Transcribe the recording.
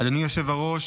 אדוני היושב-ראש,